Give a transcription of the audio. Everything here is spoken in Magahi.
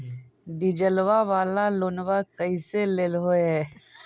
डीजलवा वाला लोनवा कैसे लेलहो हे?